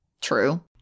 true